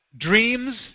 dreams